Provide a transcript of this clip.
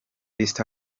east